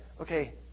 okay